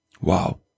Wow